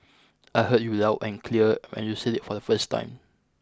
I heard you loud and clear when you said it for the first time